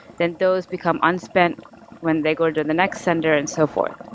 then those become unspent when they go to the next sender and so forth.